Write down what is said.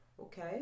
Okay